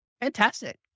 Fantastic